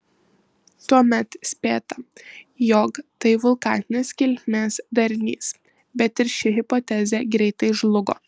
tuomet spėta jog tai vulkaninės kilmės darinys bet ir ši hipotezė greitai žlugo